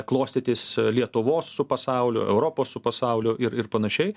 klostytis lietuvos su pasauliu europos su pasauliu ir ir panašiai